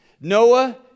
Noah